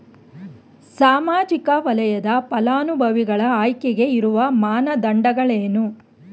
ಸಾಮಾಜಿಕ ವಲಯದ ಫಲಾನುಭವಿಗಳ ಆಯ್ಕೆಗೆ ಇರುವ ಮಾನದಂಡಗಳೇನು?